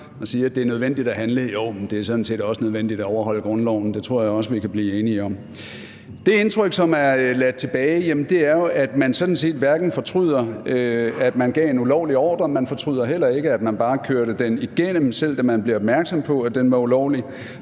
og siger, at det er nødvendigt at handle. Jo, men det er sådan set også nødvendigt at overholde grundloven. Det tror jeg også at vi kan blive enige om. Det indtryk, der er ladt tilbage, er jo, at man sådan set ikke fortryder, at man gav en ulovlig ordre, og man fortryder heller ikke, at man bare kørte den igennem. Selv ikke, da man blev opmærksom på, at den var ulovlig,